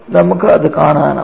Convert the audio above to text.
നമുക്ക് അത് കാണാനാകും